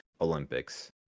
olympics